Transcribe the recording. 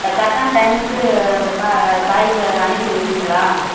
கரெக்டான டைமுக்கு அந்த காய்களை அனுப்பி வைப்பிங்களா